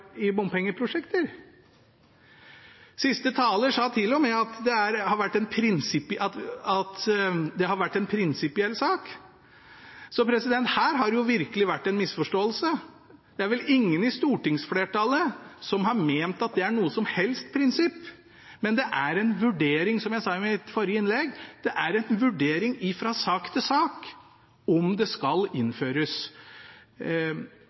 vært en prinsipiell sak. Så her har det virkelig vært en misforståelse. Det er vel ingen i stortingsflertallet som har ment at det er noe som helst prinsipp, det er, som jeg sa i mitt forrige innlegg, en vurdering fra sak til sak om det skal innføres